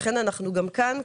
לכן אנחנו גם כאן,